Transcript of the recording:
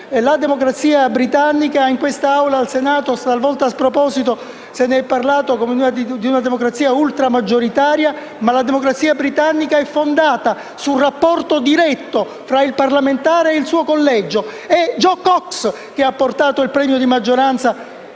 la democrazia britannica è fondata sul rapporto diretto tra il parlamentare e il suo collegio. È Jo Cox che avrebbe portato il premio di maggioranza